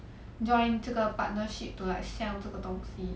join 这个 partnership to like sell 这个东西